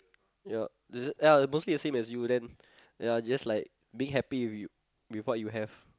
yup is it ya mostly the same as you then ya just like being happy with you with what you have